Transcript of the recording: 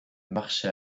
marché